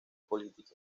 política